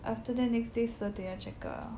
after that next day 十二点要 check out liao